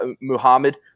Muhammad